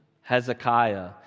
Hezekiah